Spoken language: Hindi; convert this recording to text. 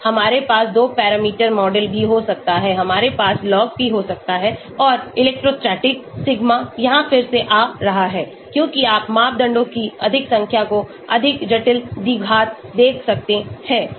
हमारे पास 2 पैरामीटर मॉडल भी हो सकते हैं हमारे पास Log P हो सकते हैं और इलेक्ट्रोस्टैटिक सिग्मा यहां फिर से आ रहा है क्योंकि आप मापदंडों की अधिक संख्या को अधिक जटिल द्विघात देख सकते हैं